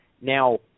Now